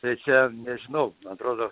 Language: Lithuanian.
tai čia nežinau atrodo